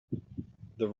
the